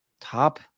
top